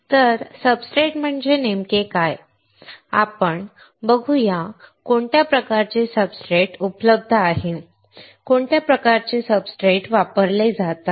तर सब्सट्रेट म्हणजे नेमके काय आपण मालिकेत शिकू कोणत्या प्रकारचे सब्सट्रेट्स उपलब्ध आहेत कोणत्या प्रकारचे सब्सट्रेट वापरले जातात